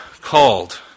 called